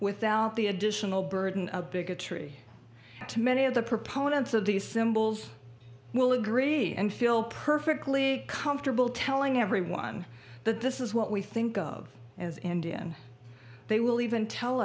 without the additional burden of bigotry to many of the proponents of these symbols will agree and feel perfectly comfortable telling everyone that this is what we think of as indian they will even tell